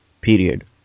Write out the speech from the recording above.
period